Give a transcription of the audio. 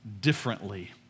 differently